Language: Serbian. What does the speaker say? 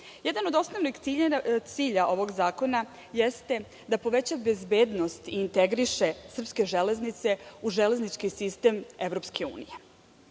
Jedan od osnovnih ciljeva ovog zakona jeste da poveća bezbednost i integriše srpske železnice u železnički sistem EU. Takođe,